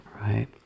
right